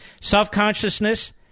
self-consciousness